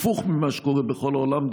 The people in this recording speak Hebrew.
הפוך ממה שקורה בכל העולם,